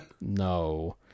no